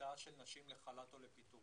להוצאה של נשים לחל"ת או לפיטורין.